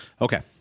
Okay